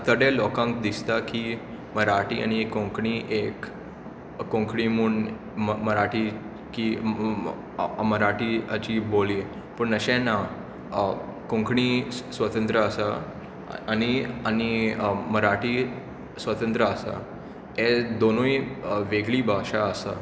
थोडे लोकांक दिसता की मराठी आनी कोंकणी एक कोंकणी म्हूण मराठी की मराठी हाची बोली पूण अशें ना कोंकणी स्वतंत्र आसा आनी आनी मराठी स्वतंत्र आसा हे दोनूय वेगळी भाशा आसा